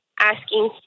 asking